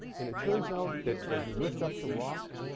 and it turns out that as you lift up the rock,